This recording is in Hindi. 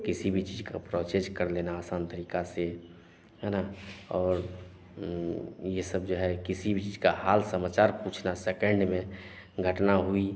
किसी भी चीज़ का प्रोचेज कर लेना आसान तरीक़े से है न और ये सब जो है किसी भी चीज़ का हाल समाचार पूछना सेकेन्ड में घटना हुई